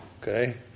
okay